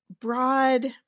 broad